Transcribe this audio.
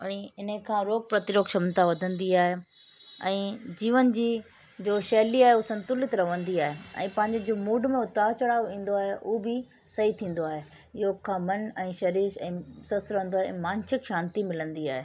ऐं इन खां रोग प्रतिरोग क्षमता वधंदी आहे ऐं जीवन जी जो शैली आहे उहो संतुलित रहंदी आहे ऐं पंहिंजे जो मूड में उतारु चढाव ईंदो आहे उहो बि सही थींदो आहे योग खां मन ऐं शरीर ऐं स्वस्थ रहंदो आहे ऐं मानसिक शांती मिलंदी आहे